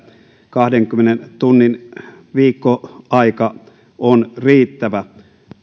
kahdenkymmenen tunnin viikkoaika on riittävä